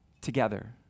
together